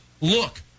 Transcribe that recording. look